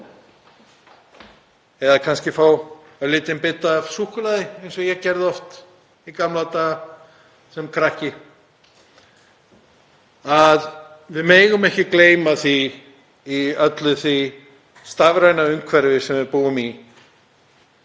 eða kannski fá lítinn bita af súkkulaði eins og ég gerði oft í gamla daga sem krakki. Við megum ekki gleyma því í öllu því stafræna umhverfi sem við búum í